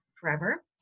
forever